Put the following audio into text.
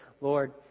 Lord